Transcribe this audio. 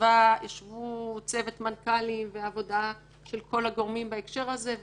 ישבו צוות מנכ"לים ועבודה של כל הגורמים בהקשר הזה,